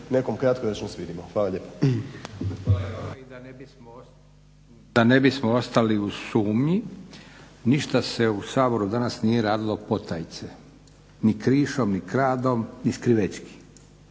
nekom kratkoročno svidimo. Hvala lijepo.